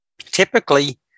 typically